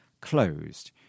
closed